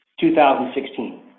2016